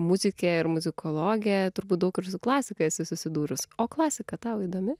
muzikė ir muzikologė turbūt daug kur ir su klasika esi susidūrus o klasika tau įdomi